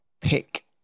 pick